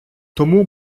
тому